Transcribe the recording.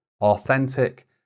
authentic